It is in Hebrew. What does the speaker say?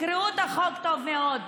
תקראו את החוק טוב מאוד.